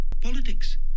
politics